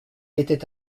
était